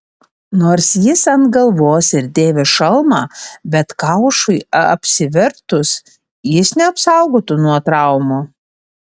nors jis ant galvos ir dėvi šalmą bet kaušui apsivertus jis neapsaugotų nuo traumų